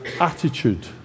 attitude